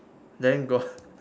then got